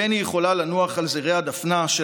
ואין היא יכולה לנוח על זרי הדפנה של